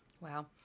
Wow